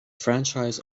franchise